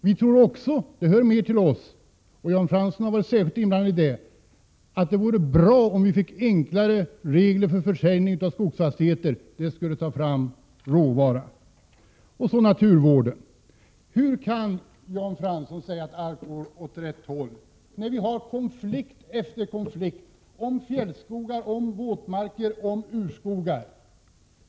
Vi tror också — det hör mer till oss, och Jan Fransson har varit särskilt inblandad i det — att det vore bra, om vi fick enklare regler för försäljning av skogsfastigheter. Det skulle ta fram råvara. Och så naturvården. Hur kan Jan Fransson säga att allt går åt rätt håll, när vi har konflikt efter konflikt om fjällskogar, om våtmarker, om urskogar?